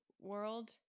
world